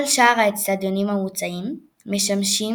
כל שאר האצטדיונים המוצעים משמשים